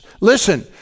Listen